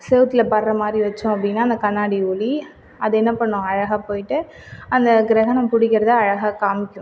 செவத்துல படுகிற மாதிரி வச்சோம் அப்படினா அந்த கண்ணாடி ஒளி அது என்ன பண்ணும் அழகா போயிட்டு அந்த கிரகணம் பிடிக்கறத அழகா காண்மிக்கும்